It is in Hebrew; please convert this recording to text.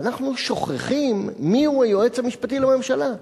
אבל אנחנו שוכחים מיהו היועץ המשפטי לממשלה,